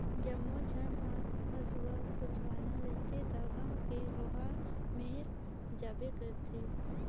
जम्मो झन ह हेसुआ कुचवाना रहथे त गांव के लोहार मेर जाबे करथे